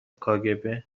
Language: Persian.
کاگب